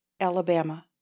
alabama